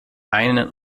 einen